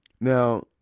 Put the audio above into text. Now